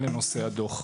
אלה נושאי הדוח.